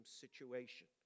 situation